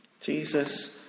Jesus